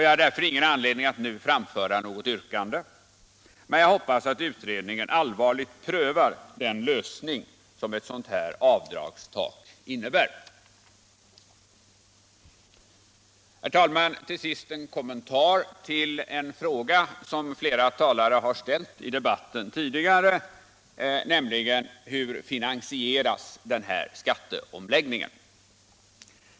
Jag har därför ingen anledning att nu framföra något yrkande, men jag hoppas att utredningen allvarligt prövar den lösning som ett avdragstak innebär. Herr talman! Jag vill till sist göra en kommentar till en fråga som flera talare har ställt tidigare i debatten, nämligen hur denna skatteomläggning skall finansieras.